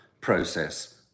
process